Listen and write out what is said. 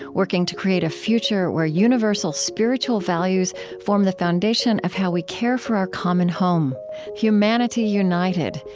working to create a future where universal spiritual values form the foundation of how we care for our common home humanity united,